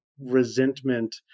resentment